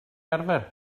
arfer